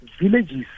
villages